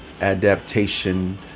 adaptation